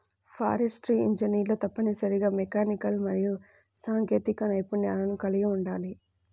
forestry ఇంజనీర్లు తప్పనిసరిగా mechanical మరియు సాంకేతిక నైపుణ్యాలను కలిగి ఉండాలి